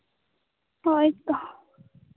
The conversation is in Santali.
ᱦᱳᱭ ᱛᱚ